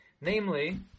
Namely